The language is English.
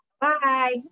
Bye